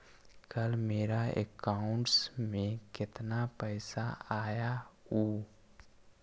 कल मेरा अकाउंटस में कितना पैसा आया ऊ?